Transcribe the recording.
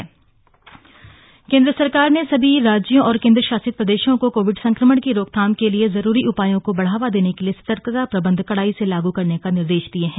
Covid दिशा निर्देश केन्द्र सरकार ने सभी राज्यों और केन्द्र शासित प्रदेशों को कोविड संक्रमण की रोकथाम के लिये जरूरी उपायों को बढ़ावा देने और सतर्कता प्रबंध कड़ाई से लागू करने के निर्देश दिये हैं